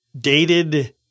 dated